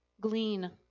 glean